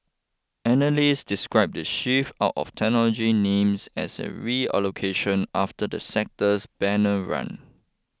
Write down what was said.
analysts described the shift out of technology names as a reallocation after the sector's banner run